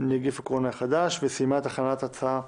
(נגיף הקורונה החדש), וסיימה את הכנת הצעה